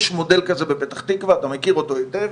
יש מודל כזה בפתח תקווה, אתה מכיר אותו היטב,